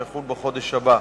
שיחול בחודש הבא,